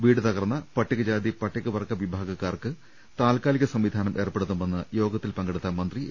വീട് തകർന്ന പട്ടികജാതി പട്ടി കവർഗ്ഗ വിഭാഗക്കാർക്ക് താൽക്കാലിക സംവിധാനം ഏർപ്പെടുത്തുമെന്ന് യോഗത്തിൽ പങ്കെടുത്ത മന്ത്രി എ